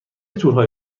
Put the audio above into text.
تورهای